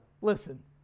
Listen